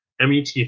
MET